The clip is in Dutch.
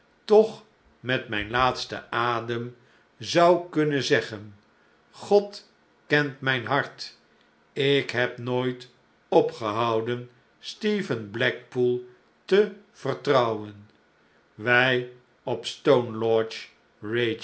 toch met mijn laatsten adem zoukunnenzeggen god kent mijn hart ik heb nooit opgehouden stephen blackpool te vertrouwen wij op stone lodge